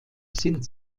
sind